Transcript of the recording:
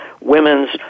women's